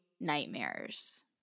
nightmares